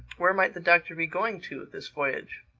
where might the doctor be going to this voyage?